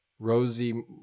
Rosie